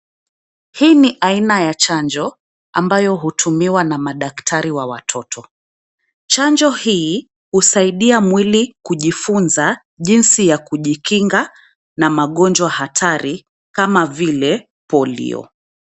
Hii ni aina ya chanjo ambayo hutumiwa na madaktari wa watoto. Chanjo hii husaidia mwili kujifunza jinsi ya kujikinga na magonjwa hatari kama vile polio.